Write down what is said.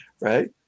right